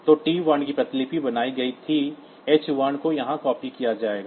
तो t वर्ण की प्रतिलिपि बनाई गई थी h वर्ण को यहां कॉपी किया जाएगा